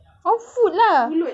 one food lah